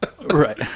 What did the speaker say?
Right